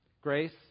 grace